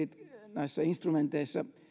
näissä eri instrumenteissa